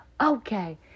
okay